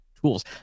tools